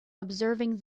observing